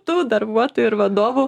tų darbuotojų ir vadovų